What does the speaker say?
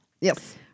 Yes